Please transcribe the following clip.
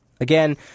Again